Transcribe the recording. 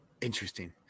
Interesting